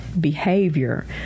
behavior